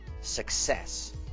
success